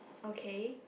okay